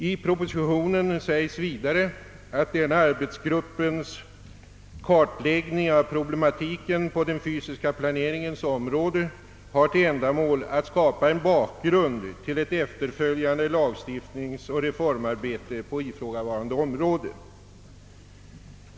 I propositionen sägs vidare att arbetsgruppens kartläggning av problematiken på den fysiska planeringens område syftar till att skapa en bakgrund till ett efterföljande lagstiftningsoch reformarbete på ifrågavarande område.